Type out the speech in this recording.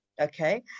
Okay